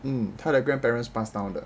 嗯他的 grandparents passed down 的